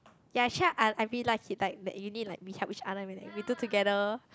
ya actually I I really like it hit like that uni like we help each other and then we do together